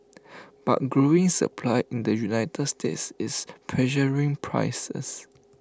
but growing supply in the united states is pressuring prices